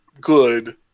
good